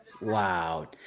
Wow